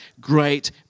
great